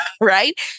right